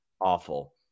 Awful